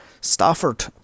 Stafford